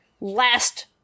last